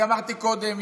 אמרתי קודם,